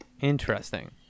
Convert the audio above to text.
interesting